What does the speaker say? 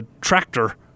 tractor